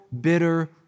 bitter